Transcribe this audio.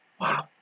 Wow